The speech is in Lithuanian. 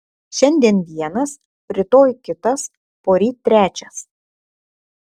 šiandien vienas rytoj kitas poryt trečias